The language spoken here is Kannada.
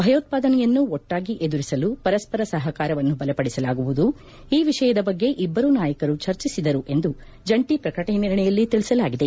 ಭಯೋತ್ವಾದನೆಯನ್ನು ಒಟ್ಟಾಗಿ ಎದುರಿಸಲು ಪರಸ್ಪರ ಸಪಕಾರವನ್ನು ಬಲಪಡಿಸಲಾಗುವುದು ಈ ವಿಷಯದ ಬಗ್ಗೆ ಇಬ್ಬರೂ ನಾಯಕರು ಚರ್ಚಿಸಿದರು ಎಂದು ಜಂಟಿ ಪ್ರಕಟಣೆಯಲ್ಲಿ ತಿಳಿಸಲಾಗಿದೆ